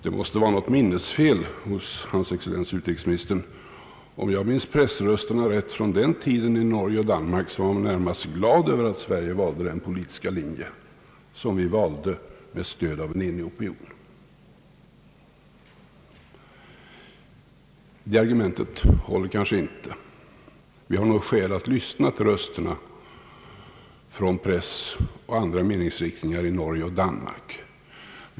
Det måste vara något minnesfel av hans excellens utrikesministern. Om jag minns pressrösterna rätt från den tiden i Norge och Danmark, så var man närmast glad över att Sverige valde den politiska linje som vi gjorde med stöd av en enig opinion. Det argument utrikesministern anförde håller kanske inte. Vi har nog skäl att lyssna till rösterna från press och andra meningsriktningar i Norge och Danmark.